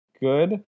good